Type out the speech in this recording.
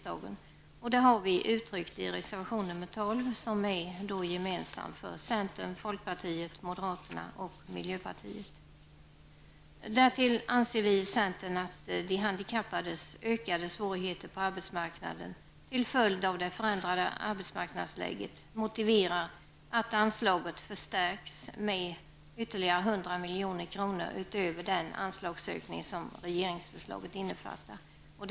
Det har vi uttryckt i reservation nr 12, som är gemensam för centern, folkpartiet, moderaterna och miljöpartiet. Därtill anser vi i centern att de handikappades ökade svårigheter på arbetsmarknaden till följd av det förändrade arbetsmarknadsläget motiverar att anslaget, utöver den anslagsökning som regeringsförslaget innefattar, förstärks med ytterligare 100 milj.kr.